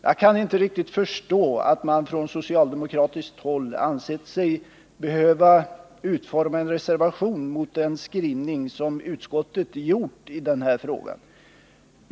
Jag kan inte riktigt förstå att man från socialdemokratiskt håll ansett sig behöva utforma en reservation mot den skrivning som utskottet gjort i den här frågan.